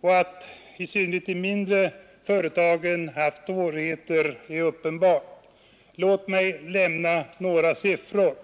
Och att i synnerhet de mindre företagen haft svårigheter är ju uppenbart. Låt mig lämna några siffror.